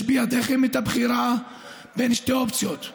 יש בידיכם הבחירה בין שתי אופציות: